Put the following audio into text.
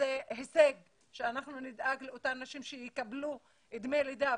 שזה הישג שאנחנו נדאג לאותן נשים שיקבלו דמי לידה,